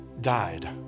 died